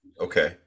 Okay